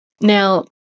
now